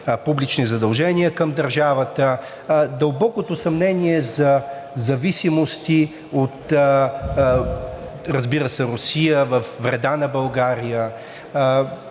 публични задължения към държавата, дълбокото съмнение за зависимости от, разбира се, Русия, във вреда на България,